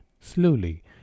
slowly